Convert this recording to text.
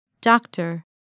Doctor